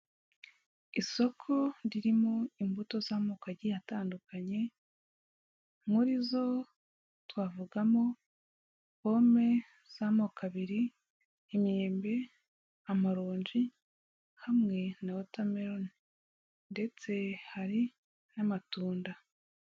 Isoko ririmo imbuto z'amoko agiye atandukanye, muri zo twavugamo pome z'amoko abiri, imyembe, amaronji, hamwe na watermellon ndetse hari n'amatunda.